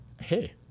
Hey